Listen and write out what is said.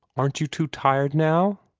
aren't you too tired now?